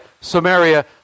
Samaria